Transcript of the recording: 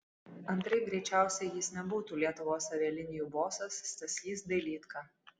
antraip greičiausiai jis nebūtų lietuvos avialinijų bosas stasys dailydka